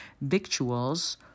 victuals